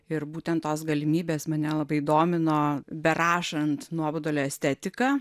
ir būtent tos galimybės mane labai domino berašant nuobodulio estetiką